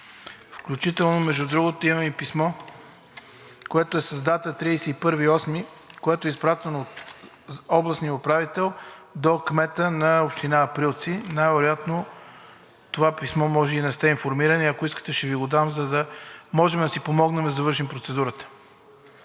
Включително, между другото, има и писмо, което е с дата 31 август, което е изпратено от областния управител до кмета на Община Априлци, най-вероятно това писмо, може би не сте информирани, ако искате, ще Ви го дам, за да можем да си помогнем да завършим процедурата.